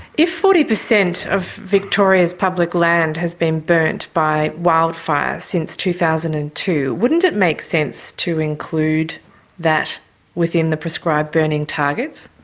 if forty per cent of victoria's public land has been burnt by wildfire since two thousand and two, wouldn't it make sense to include that within the prescribed burning targets?